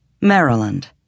Maryland